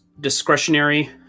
discretionary